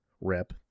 rep